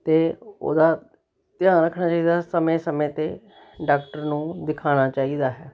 ਅਤੇ ਉਹਦਾ ਧਿਆਨ ਰੱਖਣਾ ਚਾਹੀਦਾ ਸਮੇਂ ਸਮੇਂ 'ਤੇ ਡਾਕਟਰ ਨੂੰ ਦਿਖਾਉਣਾ ਚਾਹੀਦਾ ਹੈ